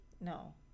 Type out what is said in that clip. no